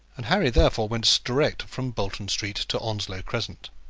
and harry, therefore, went direct from bolton street to onslow crescent.